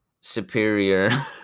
superior